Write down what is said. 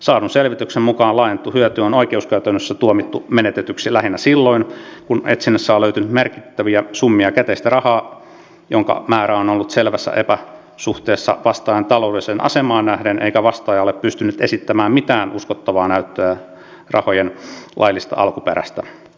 saadun selvityksen mukaan laajennettu hyöty on oikeuskäytännössä tuomittu menetetyksi lähinnä silloin kun etsinnässä on löytynyt merkittäviä summia käteistä rahaa jonka määrä on ollut selvässä epäsuhteessa vastaajan taloudelliseen asemaan nähden eikä vastaaja ole pystynyt esittämään mitään uskottavaa näyttöä rahojen laillisesta alkuperästä